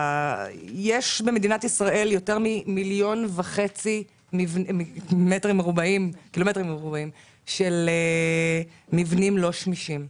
יש במדינת ישראל כמיליון וחצי מטרים רבועים של מבנים לא שמישים.